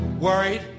worried